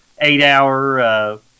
eight-hour